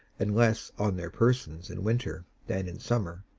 and less on their persons, in winter than in summer,